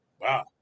wow